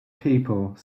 people